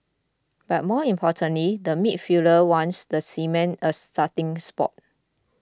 but more importantly the midfielder wants the cement a starting spot